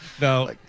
No